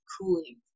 cooling